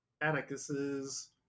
Atticus's